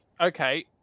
Okay